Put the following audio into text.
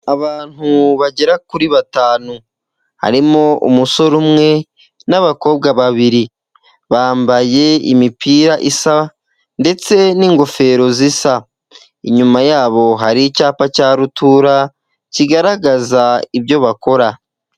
Abantu bagera kuri batanu harimo umusore umwe n'abakobwa babiri, bambaye imipira isa ndetse n'ingofero zisa. Inyuma yabo hari icyapa cya rutura kigaragaza ibyo bakora.